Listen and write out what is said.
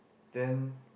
then